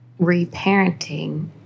reparenting